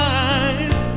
eyes